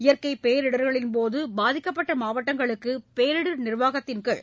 இயற்கை பேரிடர்களின்போது பாதிக்கப்பட்ட மாவட்டங்களுக்கு பேரிடர் நிர்வாகத்தின்கீழ்